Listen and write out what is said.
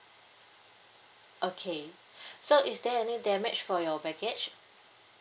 okay so is there any damage for your baggage